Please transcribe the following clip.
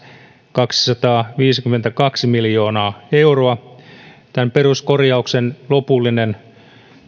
kaksisataaviisikymmentäkaksi miljoonaa euroa peruskorjauksen lopullinen